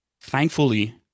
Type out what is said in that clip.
Thankfully